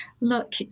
Look